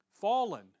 Fallen